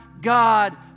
God